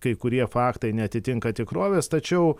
kai kurie faktai neatitinka tikrovės tačiau